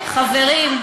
חברים,